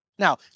Now